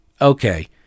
okay